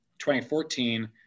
2014